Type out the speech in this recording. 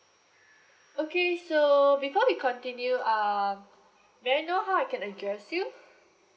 okay so before we continue err may I know how I can address you